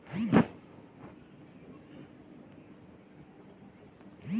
अर्थसास्त्र ह अइसन समाजिक बिग्यान हे जेन ह मनखे, बेवसाय, सरकार अउ देश के अध्ययन करथे